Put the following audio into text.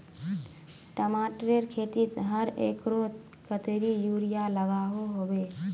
टमाटरेर खेतीत हर एकड़ोत कतेरी यूरिया लागोहो होबे?